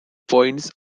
points